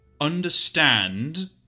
understand